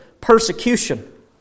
persecution